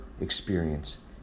experience